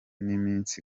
n’iminsi